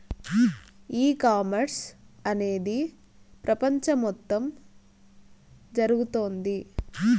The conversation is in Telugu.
ఈ కామర్స్ అనేది ప్రపంచం మొత్తం జరుగుతోంది